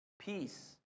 Peace